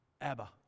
Abba